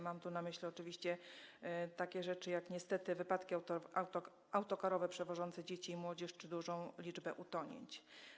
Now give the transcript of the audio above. Mam tu na myśli oczywiście takie rzeczy jak niestety wypadki autokarów przewożących dzieci i młodzież czy duża liczbę utonięć.